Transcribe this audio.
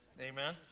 Amen